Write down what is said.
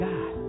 God